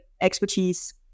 expertise